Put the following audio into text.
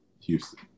Houston